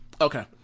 Okay